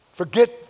Forget